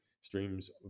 streams